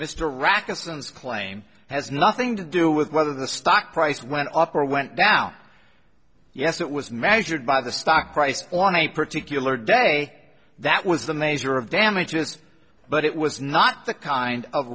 mr rackets and claim has nothing to do with whether the stock price went up or went down yes it was measured by the stock price on a particular day that was the measure of damages but it was not the kind of